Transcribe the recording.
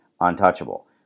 untouchable